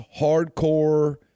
hardcore